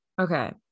Okay